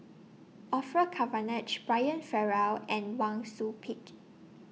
Orfeur Cavenagh Brian Farrell and Wang Sui Pick